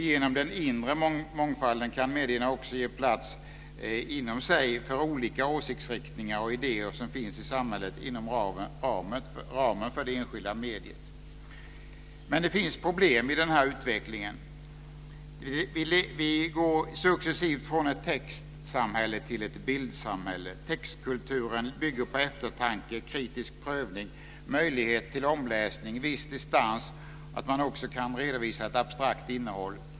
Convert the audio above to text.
Genom den inre mångfalden kan medierna också ge plats inom sig för olika åsiktsriktningar och idéer som finns i samhället inom ramen för det enskilda mediet. Men det finns problem i den här utvecklingen. Vi går successivt från ett textsamhälle till ett bildsamhälle. Textkulturen bygger på eftertanke, kritisk prövning, möjlighet till omläsning, viss distans, att man också kan redovisa ett abstrakt innehåll.